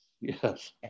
yes